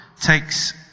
takes